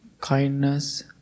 kindness